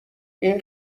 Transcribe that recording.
این